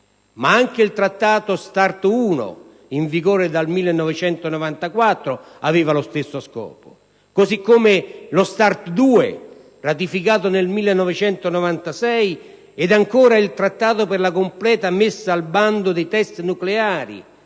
ma anche il Trattato START 1, in vigore dal 1994, aveva lo stesso scopo, così come lo START 2, ratificato nel 1996, ed ancora il Trattato per la completa messa al bando dei*test* nucleari